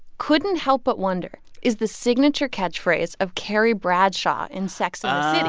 couldn't help but wonder is the signature catchphrase of carrie bradshaw in sex um and